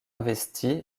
investi